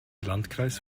landkreis